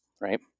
right